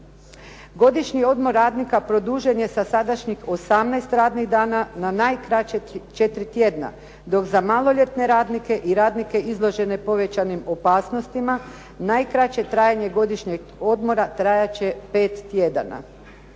Godišnji odmor radnika produžen je sa sadašnjih 18 radnih dana na najkraćih 4 tjedna. Dok za maloljetne radnike i radnike izložene povećanim opasnostima, najkraće trajanje godišnjeg odmora trajat će 5 tjedana.